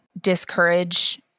discourage